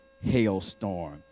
hailstorm